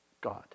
God